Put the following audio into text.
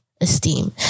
esteem